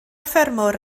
ffermwr